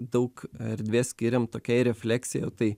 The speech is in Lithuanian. daug erdvės skiriam tokiai refleksijai o tai